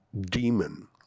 demon